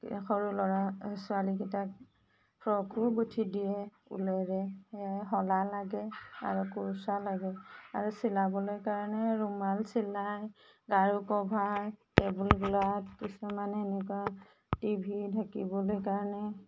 সৰু ল'ৰা ছোৱালীকেইটাক ফ্ৰকো গোঁঠি দিয়ে ঊলেৰে সেয়াই শলা লাগে আৰু কোৰচা লাগে আৰু চিলাবলৈ কাৰণে ৰুমাল চিলাই গাৰু ক'ভাৰ টেবুল ক্ল'ঠ কিছুমানে নিজৰ টিভি ঢাকিবলৈ কাৰণে